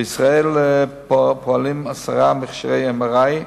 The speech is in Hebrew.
בישראל פועלים עשרה מכשירי MRI,